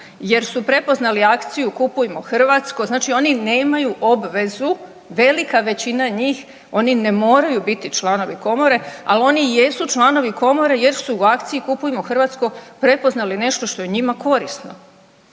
jer su prepoznali akciju Kupujmo hrvatsko. Znači oni nemaju obvezu, velika većina njih oni ne moraju biti članovi Komore, ali oni jesu članovi Komore jer su u akciji Kupujmo hrvatsko prepoznali nešto što je njima korisno.